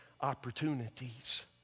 opportunities